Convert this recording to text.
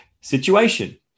situation